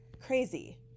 crazy